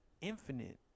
infinite